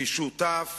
אני שותף